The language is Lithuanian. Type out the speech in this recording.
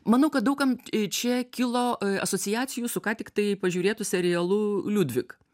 manau kad daug kam čia kilo asociacijų su ką tiktai pažiūrėtu serialu liudvik